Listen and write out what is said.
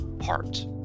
heart